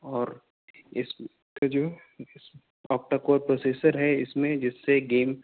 اور اس کا جو اوکٹا کور پروسیسر ہے اس میں جس سے گیم